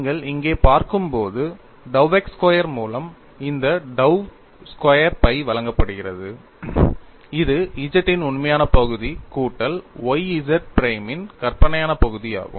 நீங்கள் இங்கே பார்க்கும்போது dou x ஸ்கொயர் மூலம் இந்த dou ஸ்கொயர் phi வழங்கப்படுகிறது இது Z இன் உண்மையான பகுதி கூட்டல் y Z பிரைமின் கற்பனையான பகுதியாகும்